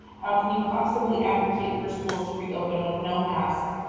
how can you possibly advocate for schools to reopen with no masks,